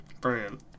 Brilliant